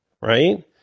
right